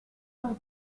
con